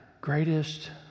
greatest